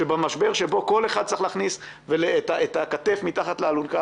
כאשר במשבר שבו כל אחד צריך להכניס את הכתף מתחת לאלונקה